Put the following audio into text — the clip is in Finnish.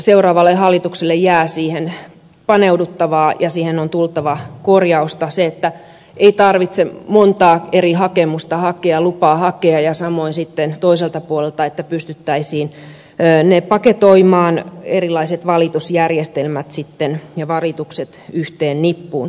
seuraavalle hallitukselle jää siihen paneuduttavaa ja siihen on tultava korjausta niin että ei tarvitse monta eri hakemusta tehdä tai lupaa hakea ja samoin sitten toiselta puolelta että pystyttäisiin paketoimaan erilaiset valitusjärjestelmät ja valitukset yhteen nippuun